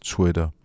Twitter